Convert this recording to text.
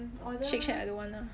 shake shack I don't want lah